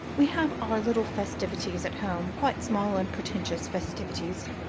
we have our little festivities at home, quite small, unpretentious festivities,